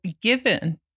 given